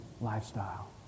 lifestyle